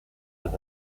los